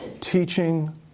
teaching